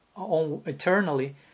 eternally